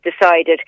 decided